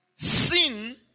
Sin